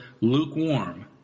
lukewarm